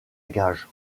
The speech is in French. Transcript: gages